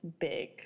big